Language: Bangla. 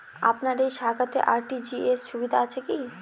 আপনার এই শাখাতে আর.টি.জি.এস সুবিধা আছে কি?